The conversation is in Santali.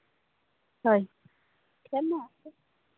ᱦᱳᱭ